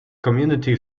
community